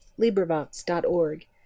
LibriVox.org